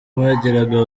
bageraga